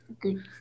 Good